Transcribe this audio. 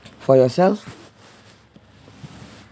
for yourself